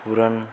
પુરંગ